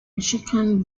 michigan